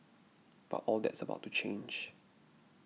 but all that's about to change